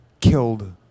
killed